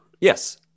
Yes